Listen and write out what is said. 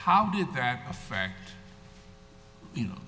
how did that affect you know